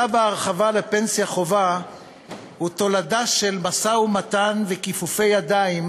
צו ההרחבה לפנסיה חובה הוא תולדה של משא-ומתן וכיפופי ידיים